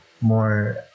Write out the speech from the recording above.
more